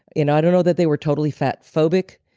and i don't know that they were totally fat phobic,